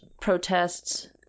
protests